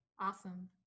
Awesome